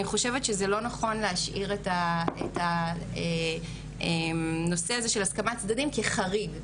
אני חושבת שזה לא נכון להשאיר את הנושא הזה של הסכמת צדדים כחריג,